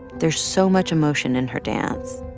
there's so much emotion in her dance.